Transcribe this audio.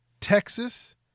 texas